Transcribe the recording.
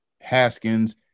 Haskins